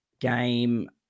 Game